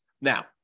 Now